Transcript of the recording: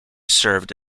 served